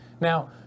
Now